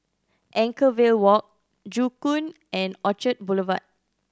Anchorvale Walk Joo Koon and Orchard Boulevard